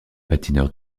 patineurs